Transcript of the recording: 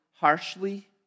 harshly